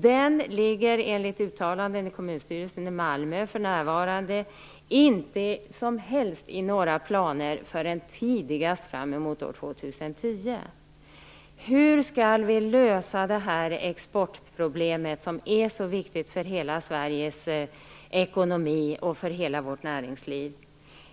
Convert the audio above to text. Den ligger enligt uttalanden från Kommunstyrelsen i Malmö inte i några som helst planer förrän tidigast fram emot år 2010. Hur skall vi lösa detta exportproblem, som är så viktigt för hela Sveriges ekonomi och för hela vårt näringsliv,